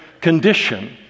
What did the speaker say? condition